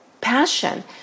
passion